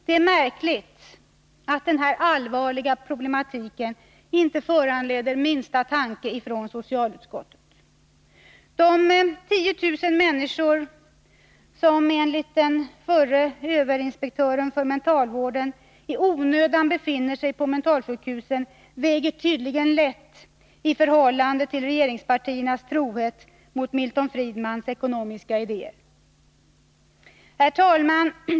Det är märkligt att denna allvarliga problematik inte föranleder minsta tanke från socialutskottet. De 10 000 människor som enligt förre överinspektören för mentalvården i onödan befinner sig på mentalsjukhusen väger tydligen lätt i förhållande till regeringspartiernas trohet mot Milton Friedmans ekonomiska idéer. Herr talman!